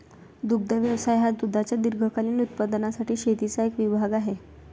दुग्ध व्यवसाय हा दुधाच्या दीर्घकालीन उत्पादनासाठी शेतीचा एक विभाग आहे